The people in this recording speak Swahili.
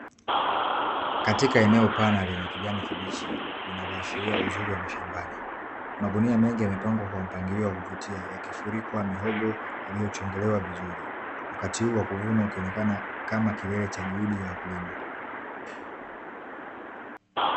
Katika eneo pana lenye kijani kibichi linaloashiria uzuri wa mashambani, magunia mengi yamepangwa kwa mpangilio wa kuvutia yakifurikwa mihogo iliyochongelewa vizuri, wakati huu wa kuvunwa ukionekana kama kilele cha juhudi za wakulima.